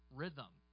rhythm